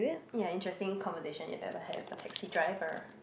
ya interesting conversation you ever had with a taxi driver